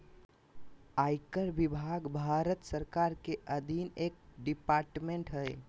आयकर विभाग भारत सरकार के अधीन एक डिपार्टमेंट हय